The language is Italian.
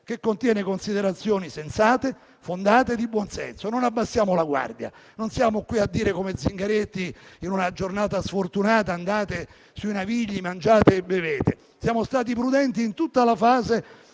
che contiene considerazioni fondate e di buon senso. Non abbassiamo la guardia; non siamo qui a dire, come ha fatto Zingaretti in una giornata sfortunata, andate sui Navigli, mangiate e bevete. Siamo stati prudenti in tutta la fase